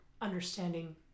understanding